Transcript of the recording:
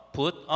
put